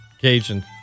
Cajun